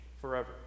forever